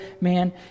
man